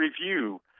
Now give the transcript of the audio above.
review